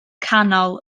canol